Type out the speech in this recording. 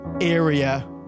area